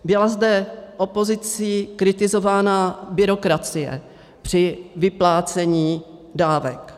Byla zde opozicí kritizována byrokracie při vyplácení dávek.